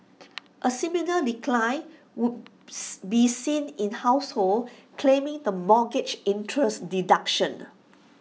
A similar decline would be seen in households claiming the mortgage interest deduction